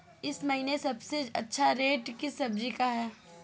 इस महीने सबसे अच्छा रेट किस सब्जी का है?